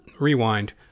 Rewind